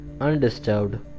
undisturbed